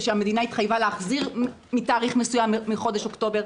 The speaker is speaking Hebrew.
שהמדינה התחייבה להחזיר מתאריך מסוים בחודש אוקטובר,